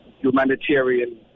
humanitarian